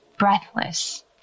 breathless